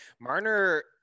Marner